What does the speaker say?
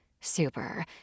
Super